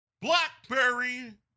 BlackBerry